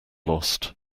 lost